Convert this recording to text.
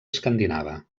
escandinava